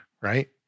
right